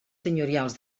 senyorials